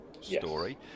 story